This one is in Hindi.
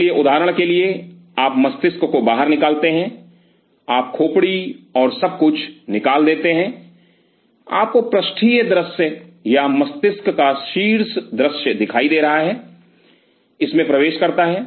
इसलिए उदाहरण के लिए आप मस्तिष्क को बाहर निकालते हैं आप खोपड़ी और सब कुछ निकाल देते हैं आपको पृष्ठीय दृश्य या मस्तिष्क का शीर्ष दृश्य दिखाई दे रहा है इस में प्रवेश करता है